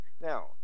Now